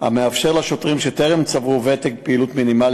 המאפשר לשוטרים שטרם צברו ותק פעילות מינימלי